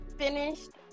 finished